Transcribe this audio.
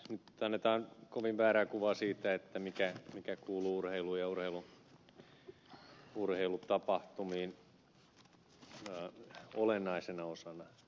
nyt annetaan kovin väärää kuvaa siitä mikä kuuluu urheiluun ja urheilutapahtumiin olennaisena osana